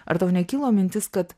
ar tau nekilo mintis kad